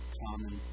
common